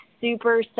super